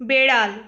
বেড়াল